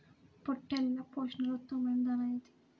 పొట్టెళ్ల పోషణలో ఉత్తమమైన దాణా ఏది?